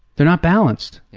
they're not balanced,